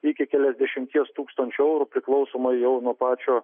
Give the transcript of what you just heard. iki keliasdešimties tūkstančių eurų priklausomai jau nuo pačio